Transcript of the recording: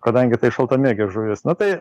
kadangi tai šaltamėgė žuvis na tai